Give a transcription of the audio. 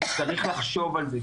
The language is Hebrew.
צריך לחשוב על זה,